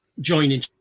joining